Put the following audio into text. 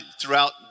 throughout